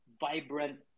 vibrant